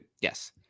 yes